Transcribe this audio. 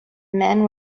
men